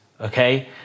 okay